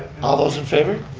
all those in favor?